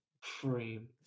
frame